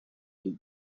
love